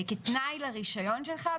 כתנאי לרישיון שלך,